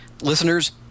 Listeners